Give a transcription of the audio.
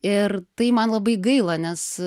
ir tai man labai gaila nes